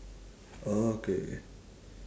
okay okay